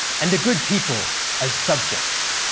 and a good people as subjects.